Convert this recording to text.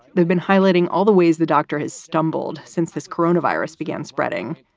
they've been highlighting all the ways the doctor has stumbled since this coronavirus began spreading.